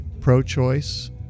pro-choice